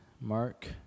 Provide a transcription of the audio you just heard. Mark